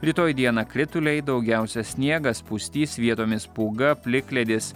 rytoj dieną krituliai daugiausia sniegas pustys vietomis pūga plikledis